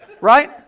Right